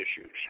Issues